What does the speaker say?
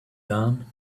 done